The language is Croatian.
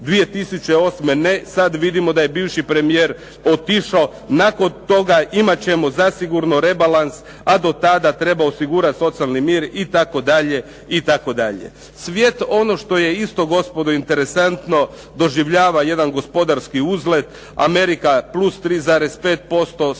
2008. ne, sad vidimo da je bivši premijer otišao. Nakon toga imat ćemo zasigurno rebalans a do tada treba osigurati socijalni mir itd. Svijet ono što je isto gospodo interesantno doživljava jedan gospodarski uzlet, Amerika +3,5%, stara